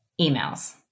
emails